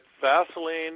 Vaseline